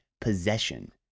possession